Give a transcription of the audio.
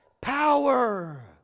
Power